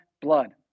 blood